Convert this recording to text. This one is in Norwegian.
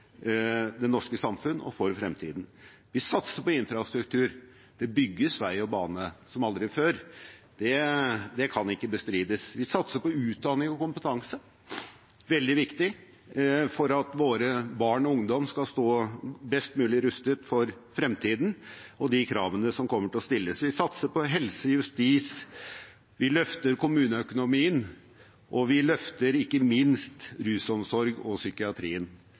det norske samfunnet og for fremtiden. Vi satser på infrastruktur, det bygges vei og bane som aldri før. Det kan ikke bestrides. Vi satser på utdanning og kompetanse. Det er veldig viktig for at våre barn og vår ungdom skal stå best mulig rustet for fremtiden og de kravene som kommer til å stilles. Vi satser på helse- og justissektoren. Vi løfter kommuneøkonomien, og vi løfter ikke minst rusomsorgen og psykiatrien.